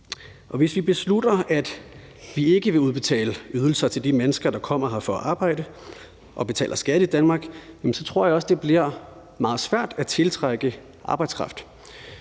Hvis vi beslutter, at vi ikke vil udbetale ydelser til de mennesker, der kommer her for at arbejde og betale skat i Danmark, tror jeg også, at det bliver meget svært at tiltrække arbejdskraft.